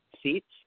seats